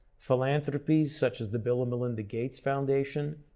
philanthropies such as the bill and melinda gates foundation,